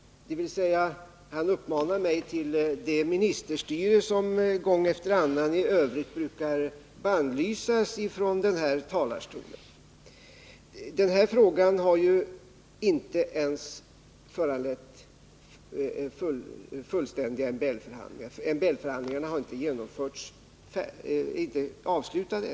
Han uppmanar mig alltså att bedriva det ministerstyre som gång efter annan i övrigt brukar bannlysas från denna talarstol. Den här frågan har inte utretts fullständigt. MBL-förhandlingarna exempelvis har ännu inte avslutats.